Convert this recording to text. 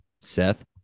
Seth